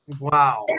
wow